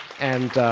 and